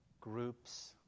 groups